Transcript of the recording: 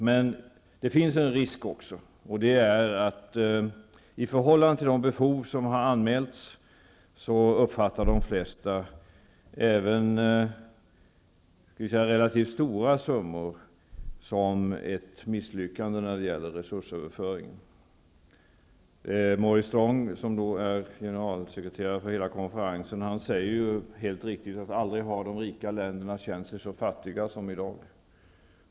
Men det finns också en risk för att de flesta i förhållande till de behov som finns uppfattar även stora summor som ett misslyckande när det gäller resursöverföringen. Maurice Strong, som är generalsekreterare för hela konferensen, säger helt riktigt att de rika länderna aldrig har känt sig så fattiga som i dag.